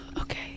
Okay